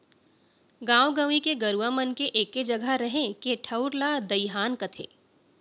गॉंव गंवई के गरूवा मन के एके जघा रहें के ठउर ला दइहान कथें